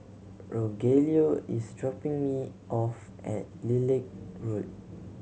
Rogelio is dropping me off at Lilac Road